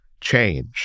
change